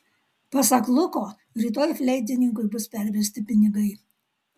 pasak luko rytoj fleitininkui bus pervesti pinigai